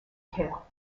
tail